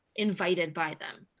invited by them,